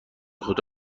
خود